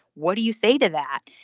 what do you say to that.